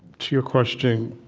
to your question,